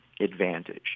advantage